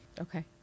Okay